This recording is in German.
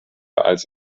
als